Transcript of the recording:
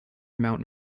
mount